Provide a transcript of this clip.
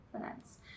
finance